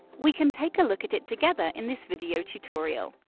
we can take a look at it together in this video tutorial!